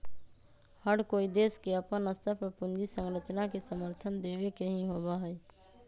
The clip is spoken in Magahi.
हर कोई देश के अपन स्तर पर पूंजी संरचना के समर्थन देवे के ही होबा हई